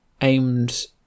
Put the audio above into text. aimed